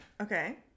Okay